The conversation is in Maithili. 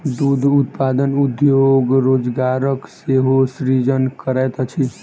दूध उत्पादन उद्योग रोजगारक सेहो सृजन करैत अछि